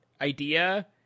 idea